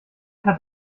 hat